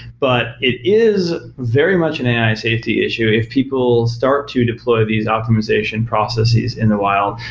but it is very much an ai safety issue if people start to deploy these optimization processes in the wild,